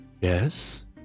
Yes